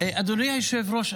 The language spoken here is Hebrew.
אדוני היושב-ראש,